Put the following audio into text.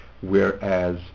whereas